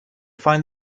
find